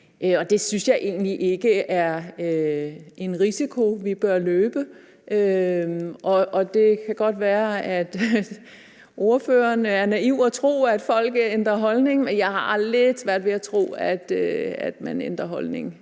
Det synes jeg egentlig ikke er en risiko, vi bør løbe. Det kan godt være, at ordføreren er naiv og tror, at folk ændrer holdning, men jeg har lidt svært ved at tro, at man ændrer holdning